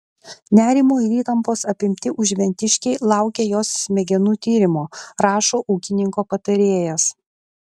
nerimo ir įtampos apimti užventiškiai laukia jos smegenų tyrimo rašo ūkininko patarėjas